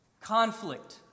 conflict